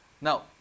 Now